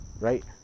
right